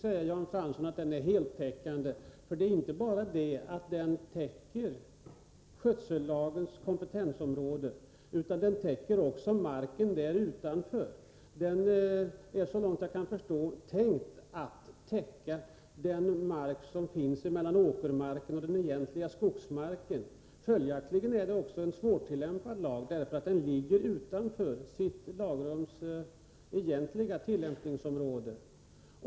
Herr talman! Man kan med visst fog säga, Jan Fransson, att regeln är heltäckande. Den täcker inte bara skötsellagens kompetensområde, utan också marken utanför. Den är, så långt jag förstår, tänkt att täcka den mark som finns mellan åkermarken och den egentliga skogsmarken. Följaktligen är det en svårtillämpad lag, därför att den ligger utanför sitt lagrums egentliga tillämpningsområde.